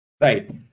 Right